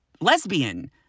lesbian